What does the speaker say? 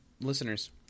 listeners